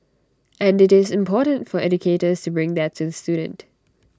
and IT is important for educators to bring that to the student